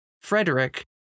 Frederick